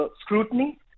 scrutiny